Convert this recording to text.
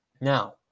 Now